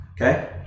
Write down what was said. Okay